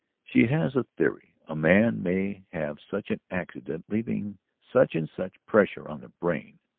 she has a theory. a man may have such an accident, leaving such and such pressure on the brain,